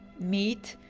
meat,